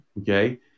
Okay